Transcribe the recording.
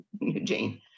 Eugene